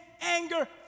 anger